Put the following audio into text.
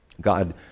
God